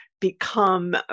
Become